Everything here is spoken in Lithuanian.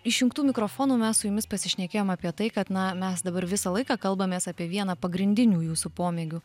išjungtų mikrofonų mes su jumis pasišnekėjom apie tai kad na mes dabar visą laiką kalbamės apie vieną pagrindinių jūsų pomėgių